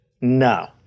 No